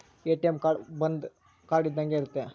ATM card ಒಂದ್ card ಇದ್ದಂಗೆ ಇರುತ್ತೆ